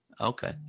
Okay